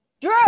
Drew